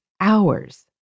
hours